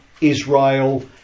Israel